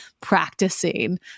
practicing